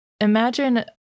imagine